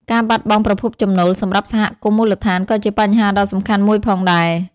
ការបាត់បង់ប្រភពចំណូល សម្រាប់សហគមន៍មូលដ្ឋានក៏ជាបញ្ហាដ៏សំខាន់មួយផងដែរ។